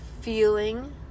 feeling